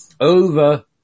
over